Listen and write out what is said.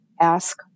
ask